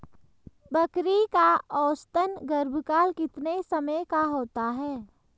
बकरी का औसतन गर्भकाल कितने समय का होता है?